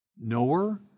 knower